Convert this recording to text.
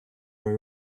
were